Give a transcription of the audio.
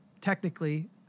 technically